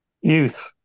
youth